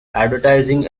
advertising